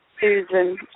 Susan